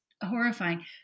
horrifying